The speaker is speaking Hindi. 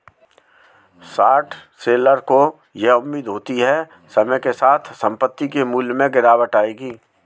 शॉर्ट सेलर को यह उम्मीद होती है समय के साथ संपत्ति के मूल्य में गिरावट आएगी